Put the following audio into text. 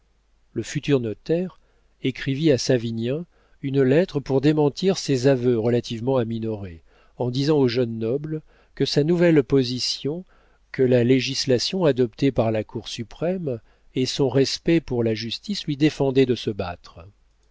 le futur notaire écrivit à savinien une lettre pour démentir ses aveux relativement à minoret en disant au jeune noble que sa nouvelle position que la législation adoptée par la cour suprême et son respect pour la justice lui défendaient de se battre